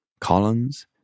Collins